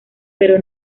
pero